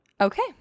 Okay